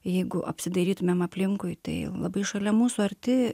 jeigu apsidairytumėm aplinkui tai labai šalia mūsų arti